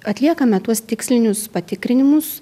atliekame tuos tikslinius patikrinimus